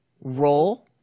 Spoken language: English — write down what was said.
roll